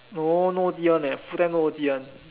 no no O_T [one] eh full time no O_T [one]